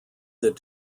that